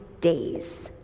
days